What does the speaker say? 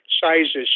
sizes